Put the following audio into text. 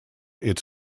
its